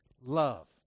love